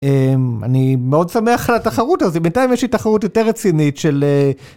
אני מאוד שמח לתחרות הזאת, בינתיים יש לי תחרות יותר רצינית של...